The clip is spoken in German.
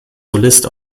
solist